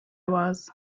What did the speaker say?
was